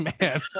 man